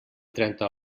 trenta